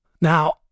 Now